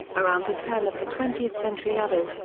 around the turn of the twentieth century others,